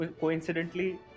coincidentally